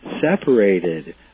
separated